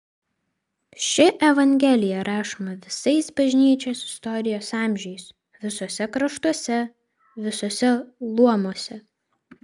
ši evangelija rašoma visais bažnyčios istorijos amžiais visuose kraštuose visuose luomuose